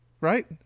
Right